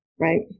right